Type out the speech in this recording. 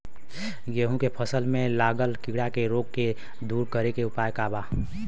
गेहूँ के फसल में लागल कीड़ा के रोग के दूर करे के उपाय का बा?